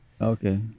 Okay